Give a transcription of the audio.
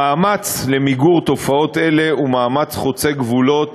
המאמץ למיגור תופעות אלה הוא מאמץ חוצה גבולות,